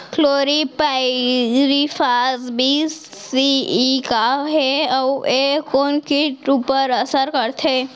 Chlorpyrifos बीस C E का हे अऊ ए कोन किट ऊपर असर करथे?